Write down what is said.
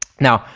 now,